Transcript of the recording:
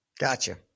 Gotcha